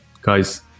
Guys